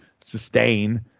sustain